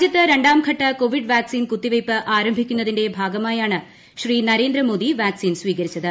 രാജ്യത്ത് രണ്ടാംഘട്ട Covid vaccine കുത്തിവെയ്പ്പ് ആരംഭിക്കുന്നതിന്റെ ഭാഗ്രമാട്ടിയാണ് ശ്രീ നരേന്ദ്രമോദി വാക്സിൻ സ്വീകരിച്ചത്